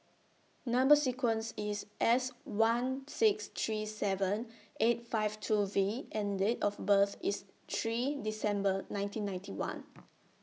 Number sequence IS S one six three seven eight five two V and Date of birth IS three December nineteen ninety one